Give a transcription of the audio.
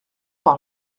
par